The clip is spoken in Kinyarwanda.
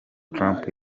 trump